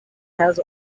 has